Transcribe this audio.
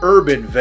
Urban